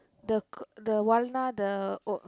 the the walna the oh